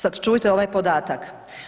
Sad čujte ovaj podatak.